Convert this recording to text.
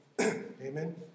Amen